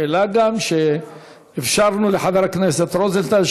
שאלה שאפשרנו לחבר הכנסת רוזנטל,